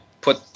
put